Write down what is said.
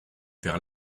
perds